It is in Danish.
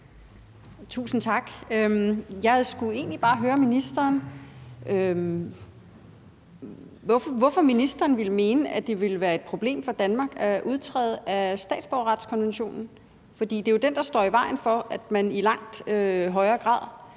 Tusind tak. Jeg skulle egentlig bare høre ministeren, hvorfor ministeren ville mene, at det ville være et problem for Danmark at udtræde af statsborgerretskonventionen. For det er jo den, der står i vejen for, at man i langt højere grad